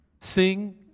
sing